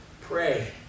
Pray